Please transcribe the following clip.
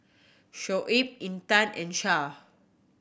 Shoaib Intan and